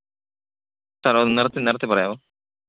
സാറേ ഒന്നു നിർത്തി നിർത്തി പറയാമോ